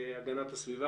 להגנת הסביבה,